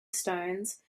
stones